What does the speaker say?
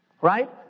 right